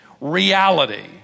reality